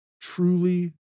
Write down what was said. truly